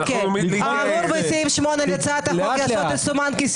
האמור בסעיף 8 להצעת החוק --- ההסתייגות נפלה.